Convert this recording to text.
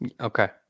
Okay